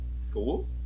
school